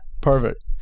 Perfect